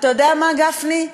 אתה יודע מה, גפני?